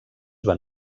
van